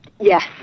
Yes